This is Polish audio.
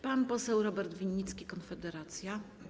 Pan poseł Robert Winnicki, Konfederacja.